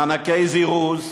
מענקי זירוז,